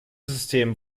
system